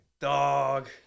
dog